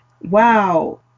Wow